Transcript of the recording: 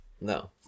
No